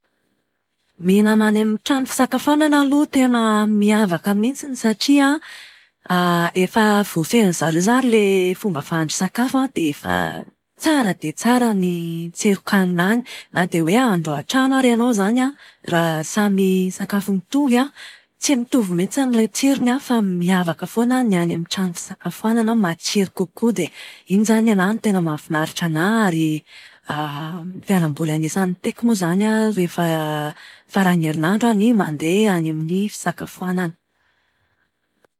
Mihinana any amin'ny trano fisakafoanana aloha tena miavaka mihitsiny satria, efa voafehin-dry zareo izany ilay fomba fahandro sakafo an dia efa tsara dia tsara ny tsiron-kanina any. Na dia hoe hahandro ao an-trano ary ianao izany an, raha samy sakafo mitovy an, tsy mitovy mihitsy ny tsirony fa miavaka foana ny any amin'ny trano fisakafoanana matsiro kokoa dia iny izany ny anahy no tena mahafinaritra anahy ary fialam-boly anisan'ny tiako moa izany rehefa faran'ny herinandro ny mandeha any amin'ny fisakafoanana.